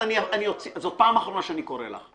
זאת פעם אחרונה שאני קורא לך.